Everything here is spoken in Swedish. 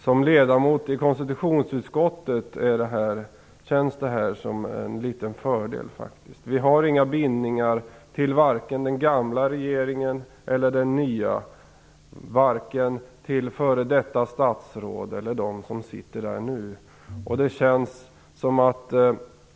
Som ledamot i konstitutionsutskottet känns detta faktiskt som en liten fördel. Vi har inga bindningar, vare sig till den gamla regeringen eller till den nya. Vi har inga bindningar till f.d. statsråd eller till dem som sitter där nu.